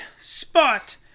spot